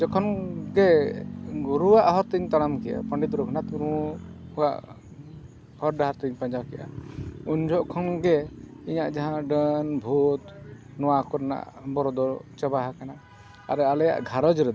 ᱡᱮᱠᱷᱚᱱ ᱜᱮ ᱜᱩᱨᱩᱣᱟᱜ ᱦᱚᱨᱛᱮᱧ ᱛᱟᱲᱟᱢ ᱠᱮᱜᱼᱟ ᱯᱚᱸᱰᱤᱛ ᱨᱚᱜᱷᱩᱱᱟᱛᱷ ᱢᱩᱨᱢᱩᱣᱟᱜ ᱦᱚᱨ ᱰᱟᱦᱟᱨ ᱠᱚᱧ ᱯᱟᱸᱡᱟ ᱠᱮᱜᱼᱟ ᱩᱱ ᱡᱚᱦᱚᱜ ᱠᱷᱚᱱᱜᱮ ᱤᱧᱟᱹᱜ ᱡᱟᱦᱟᱸ ᱰᱟᱹᱱ ᱵᱷᱩᱛ ᱱᱚᱣᱟ ᱠᱚᱨᱮᱱᱟᱜ ᱵᱚᱨᱚ ᱫᱚ ᱪᱟᱵᱟ ᱟᱠᱟᱱᱟ ᱟᱨ ᱟᱞᱮᱭᱟᱜ ᱜᱷᱟᱨᱚᱸᱡᱽ ᱨᱮᱫᱚ